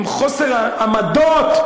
עם חוסר העמדות,